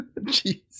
Jeez